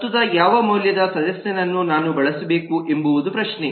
ಪ್ರಸ್ತುತ ಯಾವ ಮೌಲ್ಯದ ಸದಸ್ಯನನ್ನು ನಾನು ಬಳಸಬೇಕು ಎಂಬುವುದು ಪ್ರಶ್ನೆ